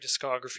discography